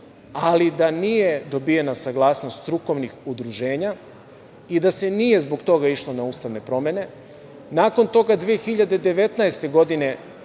ali da nije dobijena saglasnost strukovnih udruženja i da se nije zbog toga išlo na ustavne promene. Nakon toga, 2019. godine